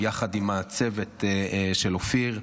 יחד עם הצוות של אופיר.